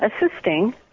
assisting